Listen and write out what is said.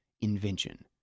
invention